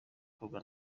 ikorwa